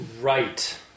Right